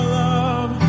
love